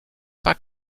pas